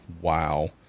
wow